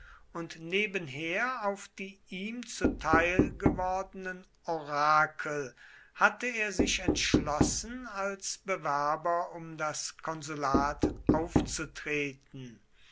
und nebenher auf die ihm zuteil gewordenen orakel hatte er sich entschlossen als bewerber um das konsulat aufzutreten